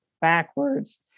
backwards